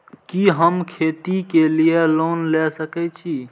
कि हम खेती के लिऐ लोन ले सके छी?